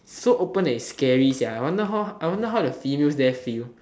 so open and it's scary sia I wonder how the females there feel